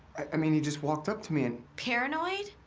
i mean, he just walked up to me and. paranoid?